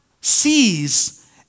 sees